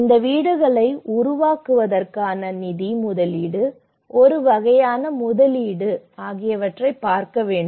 இந்த வீடுகளை உருவாக்குவதற்கான நிதி முதலீடு ஒரு வகையான முதலீடு ஆகியவற்றைப் பார்க்க வேண்டும்